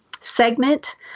segment